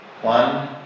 one